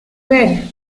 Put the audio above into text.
ver